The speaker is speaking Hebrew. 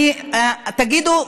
תגידו,